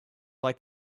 like